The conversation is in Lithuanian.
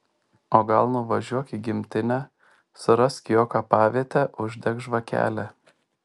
o gal nuvažiuok į gimtinę surask jo kapavietę uždek žvakelę